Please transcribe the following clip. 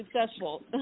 successful